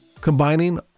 Combining